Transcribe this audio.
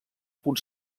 punt